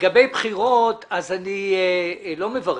לגבי בחירות, אני לא מברך.